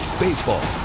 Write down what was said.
Baseball